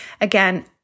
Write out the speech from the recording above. Again